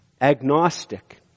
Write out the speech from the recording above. agnostic